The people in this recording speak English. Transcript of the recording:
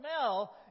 smell